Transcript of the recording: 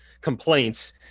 complaints